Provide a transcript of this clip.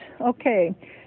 Okay